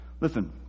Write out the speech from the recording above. Listen